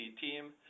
team